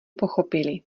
pochopili